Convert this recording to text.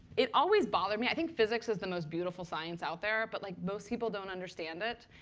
it always bothered me. i think physics is the most beautiful science out there. but like most people don't understand it.